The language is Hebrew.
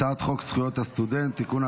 הצעת חוק זכויות הסטודנט (תיקון,